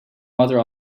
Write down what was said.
mother